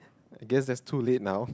I guess that too late now